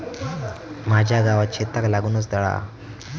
माझ्या गावात शेताक लागूनच तळा हा